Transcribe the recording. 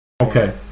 Okay